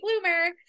bloomer